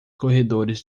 corredores